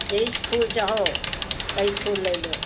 जईस फूल चाहो तईस फूल लय लो